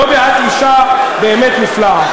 את אישה באמת נפלאה.